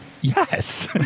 Yes